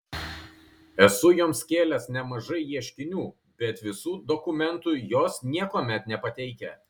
esu joms kėlęs nemažai ieškinių bet visų dokumentų jos niekuomet nepateikia